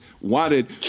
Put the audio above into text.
wanted